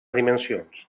dimensions